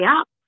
up